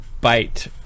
bite